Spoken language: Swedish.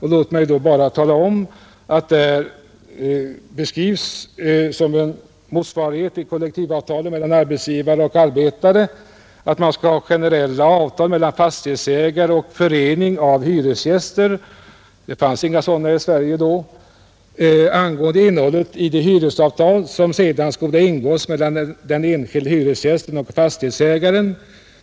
Låt mig bara tala om, att där beskrivs som en motsvarighet till kollektivavtal mellan arbetsgivare och arbetare att man skall ha generella avtal mellan fastighetsägare och förening av hyresgäster — det fanns inga sådana föreningar i Sverige då — ”angående innehållet i de hyresavtal, som sedan skola ingås mellan den enskilde hyresgästen och fastighetsägaren.